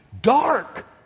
dark